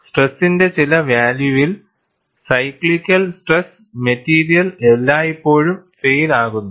സ്ട്രെസ്സിന്റെ ചില വാല്യൂവിൽ സൈക്ലിക്കൽ സ്ട്രെസ് മെറ്റീരിയൽ എല്ലായ്പ്പോഴും ഫൈയിൽ ആകുന്നു